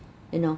you know